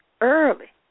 early